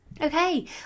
Okay